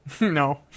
No